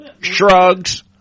Shrugs